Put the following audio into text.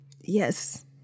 Yes